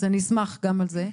אני אשמח לדבר גם על זה.